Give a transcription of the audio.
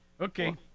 Okay